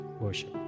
worship